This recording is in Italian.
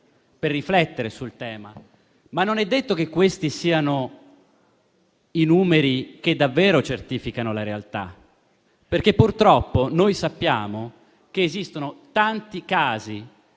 per riflettere sul tema, ma non è detto che questi siano i numeri che davvero certificano la realtà, perché purtroppo sappiamo che esistono tanti casi